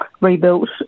rebuilt